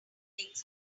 things